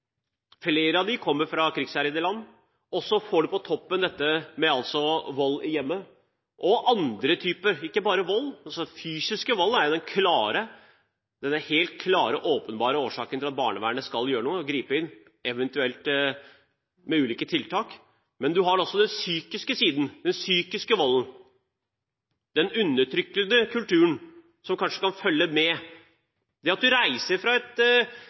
Flere av dem kommer fra krigsherjede land. Så får man på toppen dette med vold i hjemmet og andre ting, ikke bare vold. Den fysiske volden er den helt klare, åpenbare årsaken til at barnevernet skal gjøre noe, skal gripe inn, eventuelt med ulike tiltak. Men man har også den psykiske siden, den psykiske volden, den undertrykkende kulturen, som kanskje kan følge med. Til dette at man reiser fra et